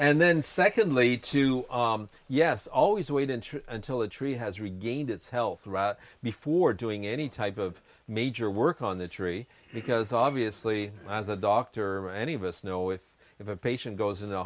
and then secondly to yes always waiting until the tree has regained its health route before doing any type of major work on the tree because obviously as a doctor any of us know if if a patient goes in